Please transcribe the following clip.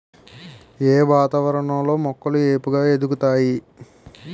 ఏ వాతావరణం లో మొక్కలు ఏపుగ ఎదుగుతాయి?